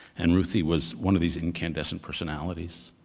and ruthie was one of these incandescent personalities,